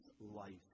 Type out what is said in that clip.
life